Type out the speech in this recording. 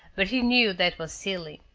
but he knew that was silly.